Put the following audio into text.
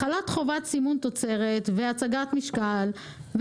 החלת חובת סימון תוצרת והצגת משקל.